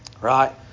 Right